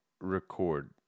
record